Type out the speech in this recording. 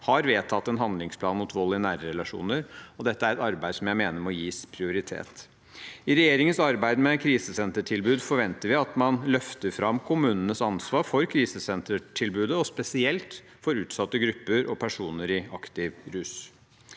har vedtatt en handlingsplan mot vold i nære relasjoner. Dette er et arbeid som jeg mener må gis prioritet. I regjeringens arbeid med krisesentertilbud forventer vi at man løfter fram kommunenes ansvar for krisesentertilbudet, spesielt for utsatte grupper og personer i aktiv rus.